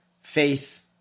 faith